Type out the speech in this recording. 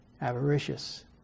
Avaricious